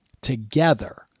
together